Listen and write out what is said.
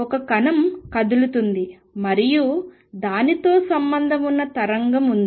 ఒక కణం కదులుతుంది మరియు దానితో సంబంధం ఉన్న తరంగం ఉంది